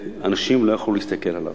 ואנשים לא יכלו להסתכל עליו.